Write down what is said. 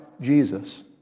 Jesus